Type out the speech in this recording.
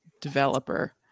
developer